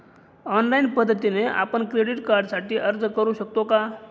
Online पद्धतीने आपण credit कार्डसाठी अर्ज करु शकतो का?